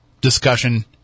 discussion